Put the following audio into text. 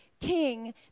king